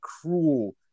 cruel